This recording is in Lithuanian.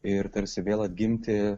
ir tarsi vėl atgimti